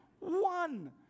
one